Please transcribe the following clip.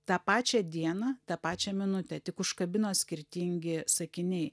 tą pačią dieną tą pačią minutę tik užkabino skirtingi sakiniai